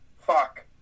Fuck